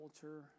culture